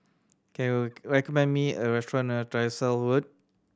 can you recommend me a restaurant near Tyersall Road